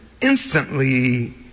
instantly